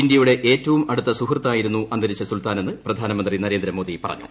ഇന്ത്യയുടെ ഏറ്റവും അടുത്ത സുഹൃത്തായിരുന്നു അന്തരിച്ച സുൽത്താനെന്ന് പ്രധാനമന്ത്രി നരേന്ദ്രമോദി പറഞ്ഞു